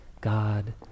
God